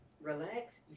relax